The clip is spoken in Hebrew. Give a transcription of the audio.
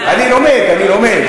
אני לומד, אני לומד.